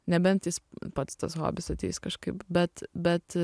nebent jis pats tas hobis ateis kažkaip bet bet